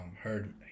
heard